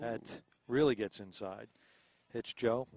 that really gets inside it's joe